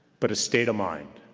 but a state of mind,